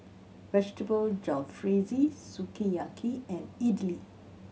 Vegetable Jalfrezi Sukiyaki and Idili